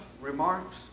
remarks